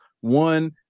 One